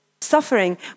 suffering